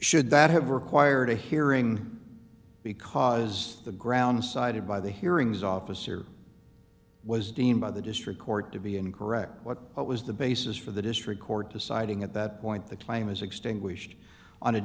should that have required a hearing because the ground cited by the hearings officer was deemed by the district court to be incorrect what was the basis for the district court deciding at that point the claim was extinguished on a